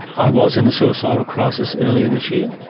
i was in a suicidal crisis earlier this year.